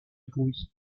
bruit